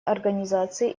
организации